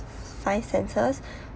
five senses